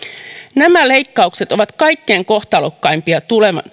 nämä leikkaukset ovat kaikkein kohtalokkaimpia